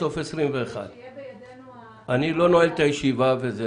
עד סוף 2021. אני לא נועל את הישיבה ולא